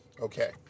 Okay